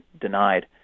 denied